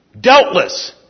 Doubtless